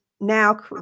now